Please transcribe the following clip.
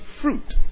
fruit